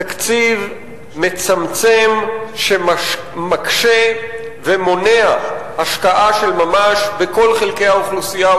תקציב מצמצם שמקשה ומונע השקעה של ממש בכל חלקי האוכלוסייה,